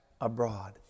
abroad